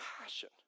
passion